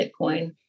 Bitcoin